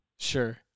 Sure